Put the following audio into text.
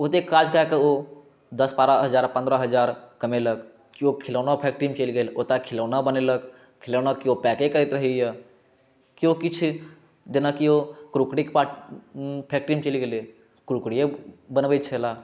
ओतय काज कऽ कऽ ओ दस बारह हजार पंद्रह हजार कमेलक कोइ खिलौना फ़ैक्ट्रीमे चलि गेल ओतऽ खिलौना बनेलक खिलौनाके कोइ पैके करैत रहैया कोइ किछु जेनाकी ओ क्रॉकरीके फ़ैक्टरीमे चलि गेलै क्रॉकरीय बनबै छल